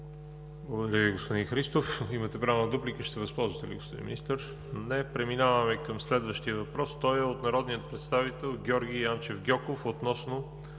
Благодаря, господин Христов. Имате право на дуплика. Ще се възползвате ли, господин Министър? Не. Преминаваме към следващия въпрос. Той е от народния представител Георги Янчев Гьоков относно